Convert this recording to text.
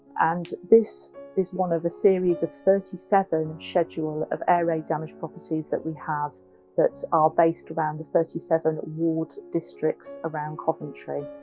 and this is one of a series of thirty seven schedule of air raid damaged properties that we have that are based around the thirty seven ward districts around coventry.